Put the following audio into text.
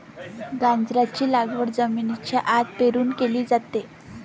गाजराची लागवड जमिनीच्या आत पेरून केली जाते